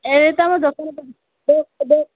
ଏ ତୁମ ଦୋକାନ ପାଖେ ଦେଖେ ଦେଖେ